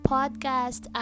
Podcast